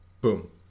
Boom